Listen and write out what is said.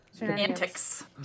antics